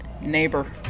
neighbor